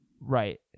Right